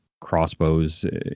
crossbows